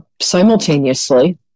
simultaneously